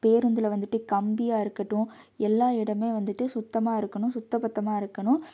பேருந்தில் வந்துட்டு கம்பியாக இருக்கட்டும் எல்லா இடமுமே வந்துட்டு சுத்தமாக இருக்கணும் சுத்த பத்தமாக இருக்கணும்